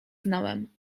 znałem